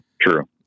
true